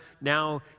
Now